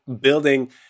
building